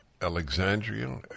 Alexandria